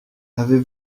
avez